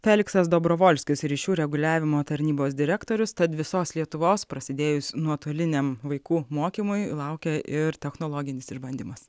feliksas dobrovolskis ryšių reguliavimo tarnybos direktorius tad visos lietuvos prasidėjus nuotoliniam vaikų mokymui laukia ir technologinis išbandymas